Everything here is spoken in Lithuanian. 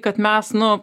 kad mes nu